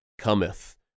cometh